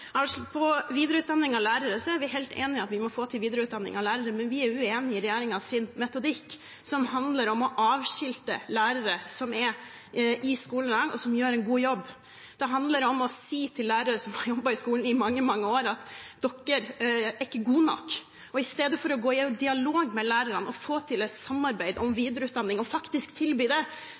Når det gjelder videreutdanning av lærere, er vi helt enig i at vi må få til det, men vi er uenig i regjeringens metodikk, som handler om å avskilte lærere som er i skolen i dag, og som gjør en god jobb. Det handler om å si til lærere som har jobbet i skolen i mange, mange år, at dere er ikke gode nok. Istedenfor å gå i dialog med lærerne og få til et samarbeid om videreutdanning og faktisk tilby det,